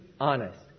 honest